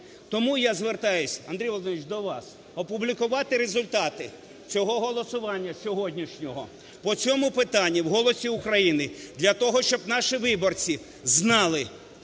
Тому я звертаюсь, Андрій Володимирович, до вас опублікувати результати цього голосування сьогоднішнього по цьому питанню в "Голосі України", для того щоб наші виборці знали,